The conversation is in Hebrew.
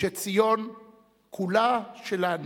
שציון כולה שלנו,